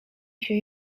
学院